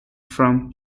from